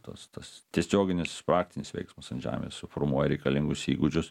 tas tas tiesioginis praktinis veiksmas ant žemės suformuoja reikalingus įgūdžius